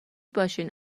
باشین